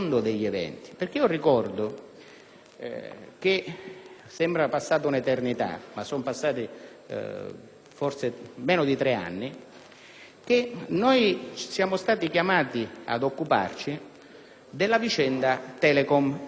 Sembra passata un'eternità, ma sono trascorsi meno di tre anni da quando siamo stati chiamati ad occuparci della vicenda Telecom e, segnatamente,